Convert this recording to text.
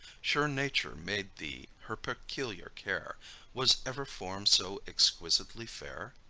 sure nature made thee her peculiar care was ever form so exquisitely fair?